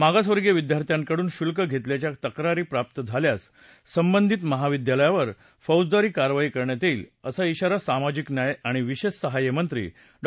मागासवर्गीय विद्यार्थ्यांकडून शुल्क घेतल्याच्या तक्रारी प्राप्त झाल्यास संबंधित महाविद्यालयावर फौजदारी कारवाई करण्यात येईल असा इशारा सामाजिक न्याय आणि विशेष सहाय मंत्री डॉ